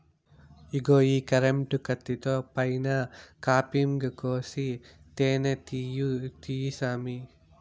ఇగో ఈ కరెంటు కత్తితో పైన కాపింగ్ కోసి తేనే తీయి సామీ